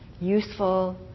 useful